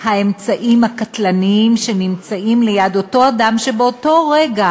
האמצעים הקטלניים שנמצאים ליד אותו אדם שבאותו הרגע